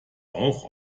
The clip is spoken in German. auch